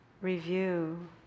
review